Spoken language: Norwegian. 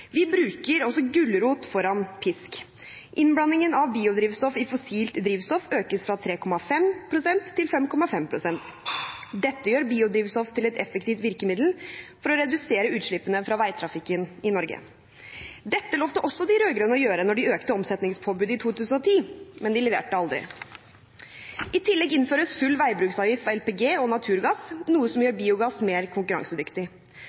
Vi bruker også gulrot foran pisk. Innblandingen av biodrivstoff i fossilt drivstoff økes fra 3,5 pst. til 5,5 pst. Dette gjør biodrivstoff til et effektivt virkemiddel for å redusere utslippene fra veitrafikken i Norge. Dette lovte også de rød-grønne å gjøre da de økte omsetningspåbudet i 2010 – men de leverte aldri. I tillegg innføres full veibruksavgift for LPG og naturgass, noe som gjør biogass mer konkurransedyktig.